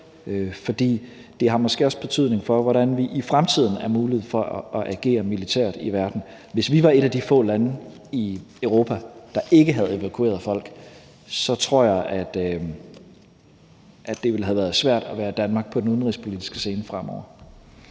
for det har måske også betydning for, hvordan vi i fremtiden vil have mulighed for at agere militært i verden. Hvis vi var et af de få lande i Europa, der ikke havde evakueret folk, så tror jeg, at det ville have været svært at være Danmark på den udenrigspolitiske scene fremover.